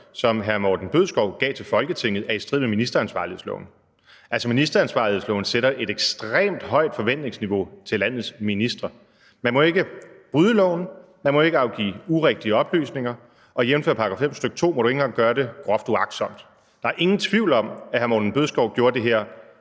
som hr. Morten Bødskov gav til Folketinget, er i strid med ministeransvarlighedsloven. Altså, ministeransvarlighedsloven sætter et ekstremt højt forventningsniveau til landets ministre: Man må ikke bryde loven, man må ikke afgive urigtige oplysninger, og jævnfør § 5, stk. 2, må man ikke engang gøre det groft uagtsomt. Der er ingen tvivl om, at hr. Morten Bødskov i hvert